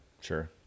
sure